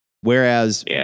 Whereas